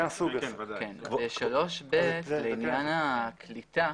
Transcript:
לעניין הקליטה,